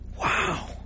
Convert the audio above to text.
Wow